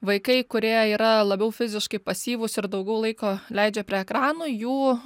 vaikai kurie yra labiau fiziškai pasyvūs ir daugiau laiko leidžia prie ekranų jų